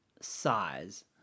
Size